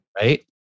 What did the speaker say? right